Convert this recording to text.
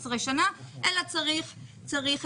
תומכת שיכולה לעשות את